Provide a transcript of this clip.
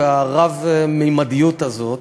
והרב-ממדיות הזאת.